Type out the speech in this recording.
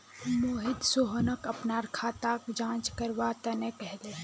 मोहित सोहनक अपनार खाताक जांच करवा तने कहले